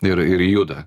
ir ir juda